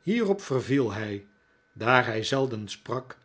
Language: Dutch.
hierop verviel hij daar hij zelden sprak